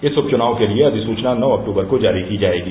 इस उपचुनाव के लिये अधिसूचना नौ अक्टूबर को जारी की जायेगी